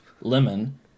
lemon